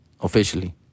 officially